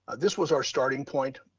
this was our starting point.